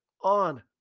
on